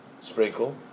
sprinkle